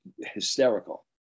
hysterical